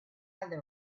other